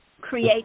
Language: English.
create